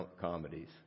comedies